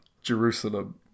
Jerusalem